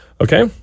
Okay